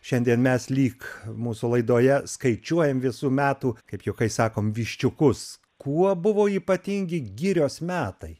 šiandien mes lyg mūsų laidoje skaičiuojam visų metų kaip juokais sakom viščiukus kuo buvo ypatingi girios metai